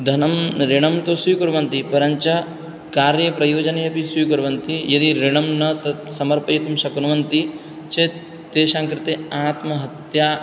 धनम् ऋणं तु स्वीकुर्वन्ति परञ्च कार्यप्रयोजनेऽपि स्वीकुर्वन्ति यदि ऋणं न तत् समर्पयितुं शक्नुवन्ति चेत् तेषां कृते आत्महत्या